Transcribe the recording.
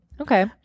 okay